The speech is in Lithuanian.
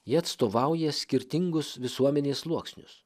jie atstovauja skirtingus visuomenės sluoksnius